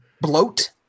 Bloat